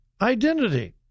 identity